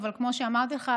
אבל כמו שאמרתי לך,